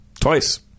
twice